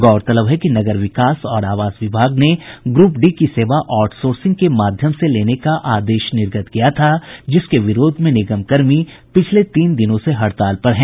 गौरतलब है कि नगर विकास और आवास विभाग ने ग्रूप डी की सेवा आउटसोर्सिंग के माध्यम से लेने का आदेश निर्गत किया था जिसके विरोध में निगमकर्मी पिछले तीन दिनों से हड़ताल पर हैं